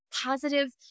positive